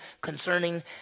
concerning